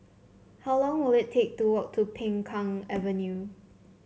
how long will it take to walk to Peng Kang Avenue